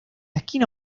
esquina